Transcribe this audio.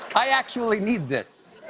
i actually need this.